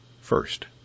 first